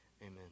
Amen